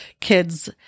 kids